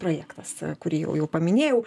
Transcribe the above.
projektas kurį jau paminėjau